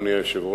אדוני היושב-ראש,